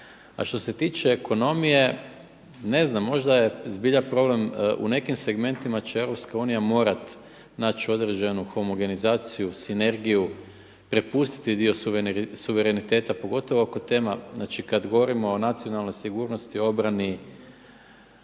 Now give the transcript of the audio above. A što se tiče ekonomije, ne znam, možda je zbilja problem u nekim segmentima će EU morati naći određenu homogenizaciju, sinergiju, prepustiti dio suvereniteta pogotovo oko tema, znači kada govorimo o nacionalnoj sigurnosti, obrani,